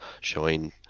showing